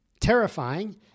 terrifying